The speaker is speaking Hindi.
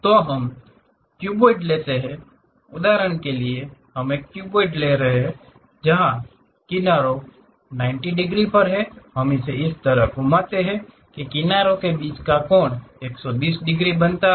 तो हम एक क्यूबॉइड लेते हैं उदाहरण के लिए हम एक क्यूबॉइड लेते हैं जहां किनारों 90 डिग्री पर है हम इस तरह से घुमाते हैं कि इन किनारों के बीच का कोण 120 डिग्री बनता है